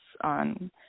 on